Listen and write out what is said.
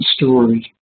story